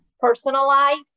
personalized